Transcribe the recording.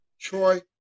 Troy